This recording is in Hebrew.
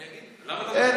אין,